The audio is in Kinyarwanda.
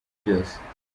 byose